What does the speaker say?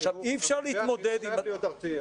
המתווה חייב להיות ארצי.